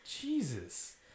Jesus